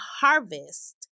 harvest